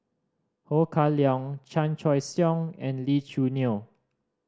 Ho Kah Leong Chan Choy Siong and Lee Choo Neo